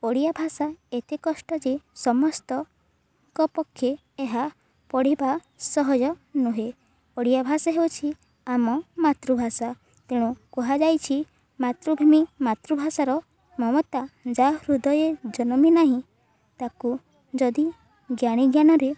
ଓଡ଼ିଆ ଭାଷା ଏତେ କଷ୍ଟ ଯେ ସମସ୍ତଙ୍କ ପକ୍ଷେ ଏହା ପଢ଼ିବା ସହଜ ନୁହେଁ ଓଡ଼ିଆ ଭାଷା ହେଉଛି ଆମ ମାତୃଭାଷା ତେଣୁ କୁହାଯାଇଛି ମାତୃଭୂମି ମାତୃଭାଷାର ମମତା ଯାହା ହୃଦୟ ଜନମି ନାହିଁ ତାକୁ ଯଦି ଜ୍ଞାନୀ ଜ୍ଞାନରେ